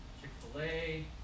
Chick-fil-A